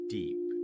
deep